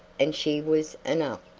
and she was enough.